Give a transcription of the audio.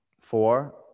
four